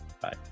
Bye